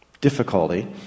difficulty